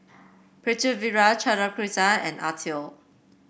Pritiviraj Chandrasekaran and Atal